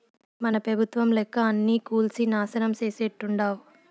మన పెబుత్వం లెక్క అన్నీ కూల్సి నాశనం చేసేట్టుండావ్